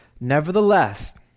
nevertheless